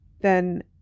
Then